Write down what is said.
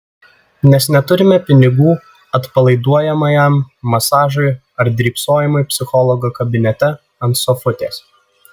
nes neturime pinigų atpalaiduojamajam masažui ar drybsojimui psichologo kabinete ant sofutės